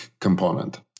component